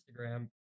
Instagram